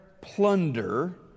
plunder